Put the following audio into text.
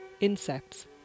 insects